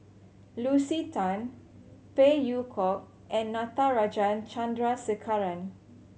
Lucy Tan Phey Yew Kok and Natarajan Chandrasekaran